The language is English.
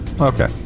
Okay